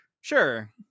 sure